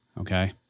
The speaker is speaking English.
Okay